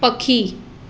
पखी